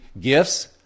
gifts